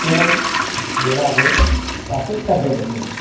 ओह् जेह्ड़ा के अस करदे रौह्ने आं